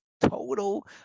total